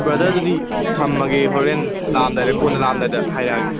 brother ꯑꯗꯨꯗꯤ ꯊꯝꯃꯒꯦ ꯍꯣꯔꯦꯟ ꯂꯥꯛꯑꯝꯗꯥꯏꯗ ꯀꯣꯟꯅ ꯂꯥꯛꯑꯝꯗꯥꯏꯗ ꯍꯥꯏꯔꯛꯑꯒꯦ